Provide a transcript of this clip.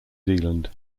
zealand